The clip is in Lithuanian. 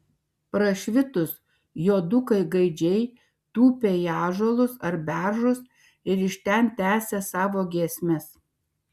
prašvitus juodukai gaidžiai tūpė į ąžuolus ar beržus ir iš ten tęsė savo giesmes